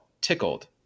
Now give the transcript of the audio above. tickled